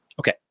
Okay